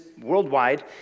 worldwide